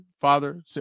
father